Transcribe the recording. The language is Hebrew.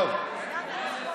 אדוני היושב-ראש,